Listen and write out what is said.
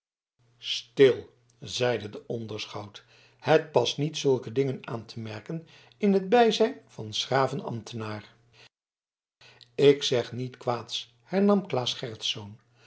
stil zeide de onderschout het past niet zulke dingen aan te merken in t bijzijn van s graven ambtenaar ik zeg niets kwaads hernam claes gerritsz de